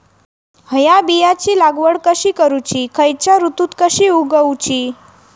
हया बियाची लागवड कशी करूची खैयच्य ऋतुत कशी उगउची?